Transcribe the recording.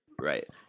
Right